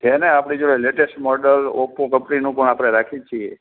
છે ને આપણી જોડે લેટેસ્ટ મોડલ ઓપ્પો કંપનીનું પણ આપણે રાખીએ જ છીએ